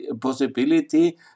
possibility